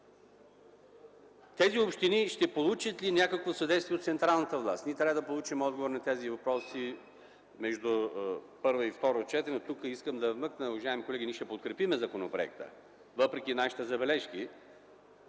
Тези общини ще получат ли някакво съдействие от централната власт? Ние трябва да получим отговор на тези въпроси между първо и второ четене. Тук искам да вмъкна, уважаеми колеги, че ние ще подкрепим законопроекта, въпреки нашите забележки.